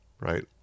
right